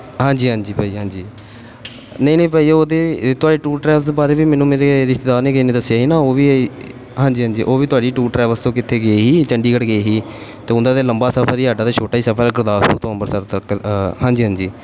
ਹਾਂਜੀ ਹਾਂਜੀ ਭਾਅ ਜੀ ਹਾਂਜੀ ਨਹੀਂ ਨਹੀਂ ਭਾਅ ਜੀ ਉਹ ਤਾਂ ਤੁਹਾਡੇ ਟੂਰ ਟਰੈਵਲਸ ਬਾਰੇ ਵੀ ਮੈਨੂੰ ਮੇਰੇ ਰਿਸ਼ਤੇਦਾਰ ਨੇ ਕਿਸੇ ਨੇ ਦੱਸਿਆ ਸੀ ਨਾ ਉਹ ਵੀ ਹਾਂਜੀ ਹਾਂਜੀ ਉਹ ਵੀ ਤੁਹਾਡੀ ਟੂਰ ਟਰੈਵਲ ਤੋਂ ਕਿਤੇ ਗਏ ਸੀ ਚੰਡੀਗੜ੍ਹ ਗਏ ਸੀ ਅਤੇ ਉਹਦਾ ਤਾਂ ਲੰਬਾ ਸਫਰ ਸੀ ਸਾਡਾ ਤਾਂ ਛੋਟਾ ਹੀ ਸਫਰ ਹੈ ਗੁਰਦਾਸਪੁਰ ਤੋਂ ਅੰਬਰਸਰ ਤੱਕ ਹਾਂਜੀ ਹਾਂਜੀ